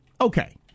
okay